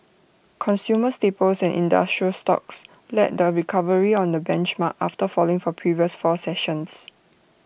consumer staples and industrial stocks led the recovery on the benchmark after falling for previous four sessions